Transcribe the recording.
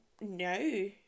No